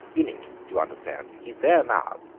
in it, do you understand? he's there now.